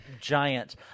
giant